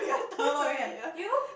no no have you know